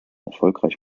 erfolgreich